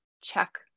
check